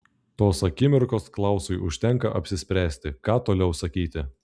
tos akimirkos klausui užtenka apsispręsti ką toliau sakyti